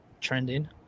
trending